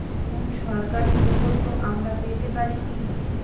কোন সরকারি প্রকল্প আমরা পেতে পারি কি?